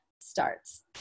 starts